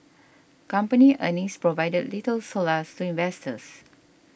company earnings provided little solace to investors